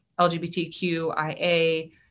LGBTQIA